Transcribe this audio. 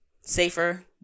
safer